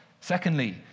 Secondly